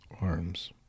arms